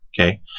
okay